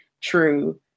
true